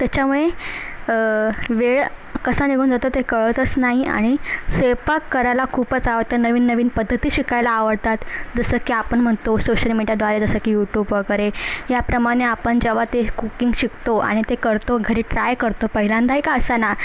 त्याच्यामुळे वेळ कसा निघून जातो ते कळतच नाही आणि स्वयंपाक करायला खूपच आवडते नवीन नवीन पद्धती शिकायला आवडतात जसं की आपण म्हणतो सोशल मीडियाद्वारे जसं की यूट्यूब वगैरे याप्रमाणे आपण जेव्हा ते कुकिंग शिकतो आणि ते करतो घरी ट्राय करतो पहिल्यांदाही का असेना